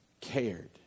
cared